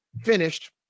finished